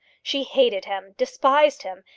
she hated him, despised him,